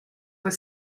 were